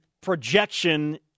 projection